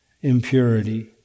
impurity